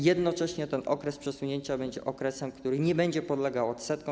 Jednocześnie ten okres przesunięcia będzie okresem, który nie będzie podlegał odsetkom.